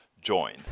join